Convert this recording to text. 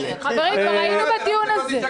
חברים, כבר היינו בדיון הזה.